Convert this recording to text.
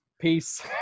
Peace